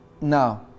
Now